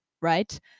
right